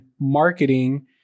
marketing